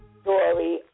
story